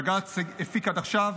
בג"ץ הפיק עד עכשיו